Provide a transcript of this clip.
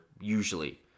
usually